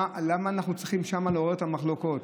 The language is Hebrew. למה אנחנו צריכים שם לעורר מחלוקות?